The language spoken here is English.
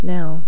Now